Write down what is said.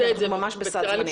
כי אנחנו ממש בסד זמנים.